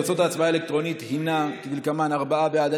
תוצאות ההצבעה האלקטרונית הן כדלקמן: ארבעה בעד,